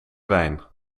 wijn